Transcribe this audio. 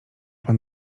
pan